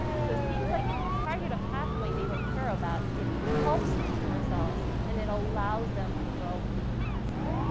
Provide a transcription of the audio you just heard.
so it seems like if you target a pathway they don't care about, it helps the tumor cells, and it allows them to grow even faster.